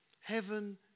heaven